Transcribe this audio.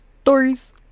stories